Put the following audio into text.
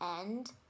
end